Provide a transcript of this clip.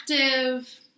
active